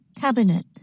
Cabinet